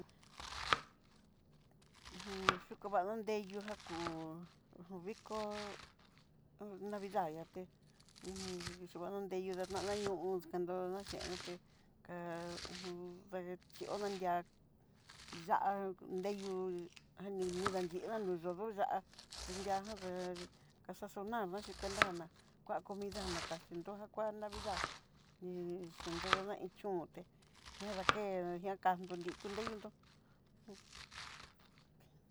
Hu yukú vadon deyúu ngakú vikó navidad yaté hu un xhiova nodeiyó dadanañu, hon xhikandoná chendoté ká ngu dengue xhío dandiá ya'á nreyú ani nidandeyúa nó yoko ya'á, tunria casasoná ná chí cuenta ná kuá comida na kaxi nro na jakua navidad, ñi'i xhinrodoná iin chón té ñadaké ñakandode dikunreindó.